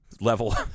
Level